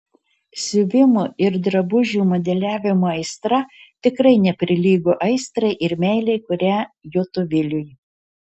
siuvimo ir drabužių modeliavimo aistra tikrai neprilygo aistrai ir meilei kurią juto viliui